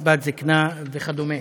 "קצבת זיקנה" וכדומה.